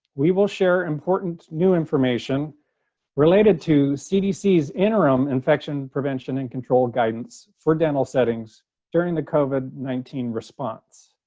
we will share important new information related to cdc's interim infection prevention and control guidance for dental settings during the covid nineteen response.